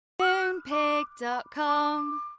Moonpig.com